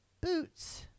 boots